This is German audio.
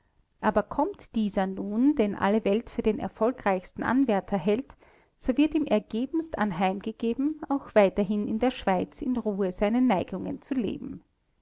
aber kommt dieser nun den alle welt für den erfolgreichsten anwärter hält so wird ihm ergebenst anheimgegeben auch weiterhin in der schweiz in ruhe seinen neigungen zu leben